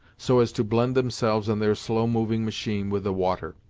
so as to blend themselves and their slow moving machine with the water.